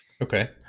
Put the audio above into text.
Okay